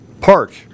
park